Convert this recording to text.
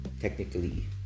technically